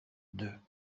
deux